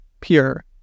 pure